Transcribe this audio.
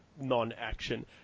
non-action